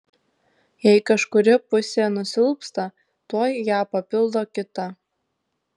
jei kažkuri pusė nusilpsta tuoj ją papildo kita